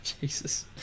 Jesus